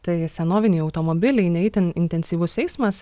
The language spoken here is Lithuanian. tai senoviniai automobiliai ne itin intensyvus eismas